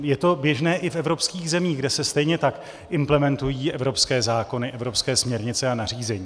Je to běžné i v evropských zemích, kde se stejně tak implementují evropské zákony, evropské směrnice a nařízení.